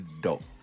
dope